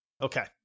Okay